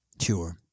Sure